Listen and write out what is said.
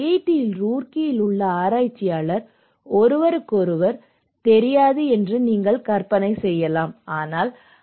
D ரூர்க்கியில் உள்ள ஆராய்ச்சியாளர்கள் ஒருவருக்கொருவர் தெரியாது என்று நீங்கள் கற்பனை செய்யலாம் ஆனால் ஐ